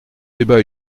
débats